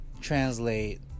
translate